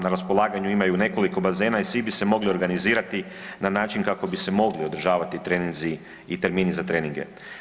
Na raspolaganju imaju nekoliko bazena i svi bi se mogli organizirati na način kako bi se mogli održavati treninzi i termini za treninge.